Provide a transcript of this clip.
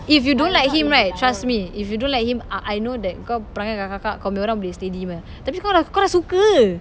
if you don't like him right trust me if you don't like him I I know that kau perangai kakak-kakak kau punya orang boleh steady punya tapi kau dah kau dah suka